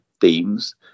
themes